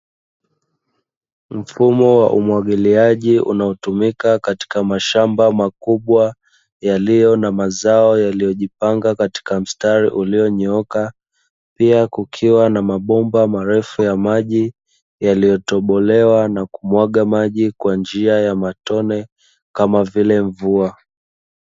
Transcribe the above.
Mfumo wa umwagiliaji unaotumika katika mashamba makubwa yaliyo na mazao yaliyojipanga katika mstari ulionyooka, pia kukiwa na mabomba marefu ya maji yaliyotobolewa na kumwaga maji kwa njia ya matone kama vile mvua.